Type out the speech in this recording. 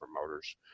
motors